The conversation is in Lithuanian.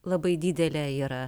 labai didelė yra